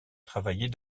travailler